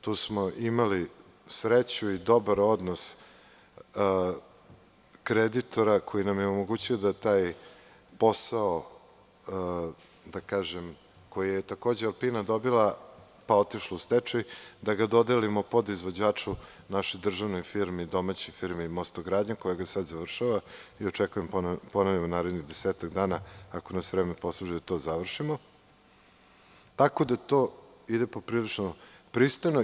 Tu smo imali sreću i dobar odnos kreditora koji nam je omogućio da taj posao, koji je takođe „Alpina“ dobila pa otišla u stečaj, da ga dodelimo podizvođaču, našoj državnoj firmi „Mostogradnji“ koja ga sad završava i očekujem u narednih 10-ak dana, ako nas vreme posluži, da to završimo, tako da to ide poprilično pristojno.